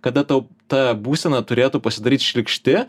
kada tau ta būsena turėtų pasidaryt šlykšti